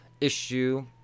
issue